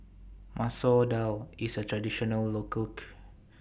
Masoor Dal IS A Traditional Local